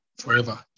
forever